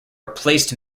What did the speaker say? replaced